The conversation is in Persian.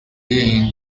این